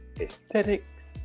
aesthetics